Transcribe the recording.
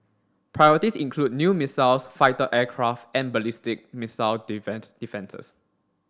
priorities include new missiles fighter aircraft and ballistic missile defences